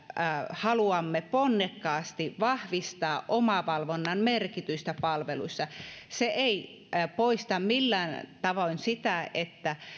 haluamme ponnekkaasti vahvistaa omavalvonnan merkitystä palveluissa se ei poista millään tavoin sitä että